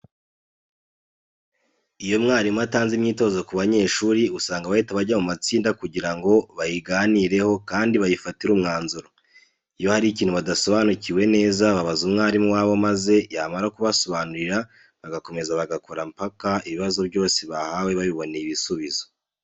Iyo mwarimu atanze imyitozo ku banyeshuri usanga bahita bajya mu matsinda kugira ngo bayiganireho kandi bayifatire umwanzuro. Iyo hari ikintu badasobanukiwe meza babaza umwarimu wabo maze yamara kubasobanurira bagakomeza bagakora mpaka ibibazo byose bahawe babiboneye ibisubizo.